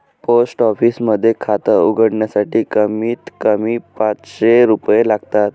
post office मध्ये खात उघडण्यासाठी कमीत कमी पाचशे रुपये लागतात